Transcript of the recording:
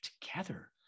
together